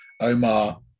Omar